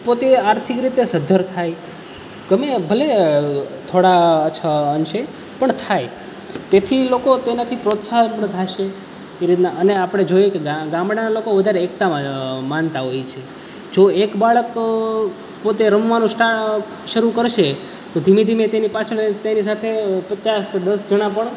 પોતે આર્થિક રીતે સદ્ધર થાય ગમે એમ ભલે થોડા ઓછા અંશે પણ થાય તેથી લોકો તેનાથી પ્રોત્સાહન થશે એ રીતના અને આપણે જોઈએ કે ગામડાના લોકો વધારે એકતામાં માનતા હોય છે જો એક બાળક પોતે રમવાનું શરૂ કરશે તો ધીમે ધીમે તેની પાછળ તેની સાથે પચાસ કે દસ જણા પણ